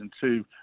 two